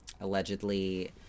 Allegedly